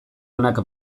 onak